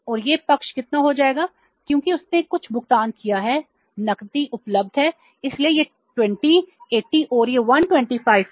और यह पक्ष कितना हो जाएगा क्योंकि उसने कुछ भुगतान किया है नकदी उपलब्ध है इसलिए यह 20 80 है और यह 125 है